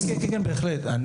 כן, בהחלט.